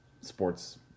sports